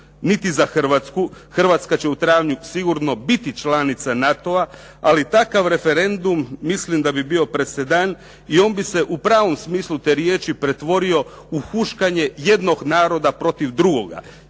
niti za Hrvatsku. Hrvatska će u travnju sigurno biti članica NATO-a, ali takav referendum mislim da bi bio presedan i on bi se u pravom smislu te riječi pretvorio u huškanje jednog naroda protiv drugoga.